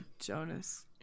Jonas